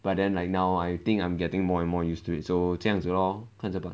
but then like now I think I'm getting more and more used to it so 这样子 lor 看着 bah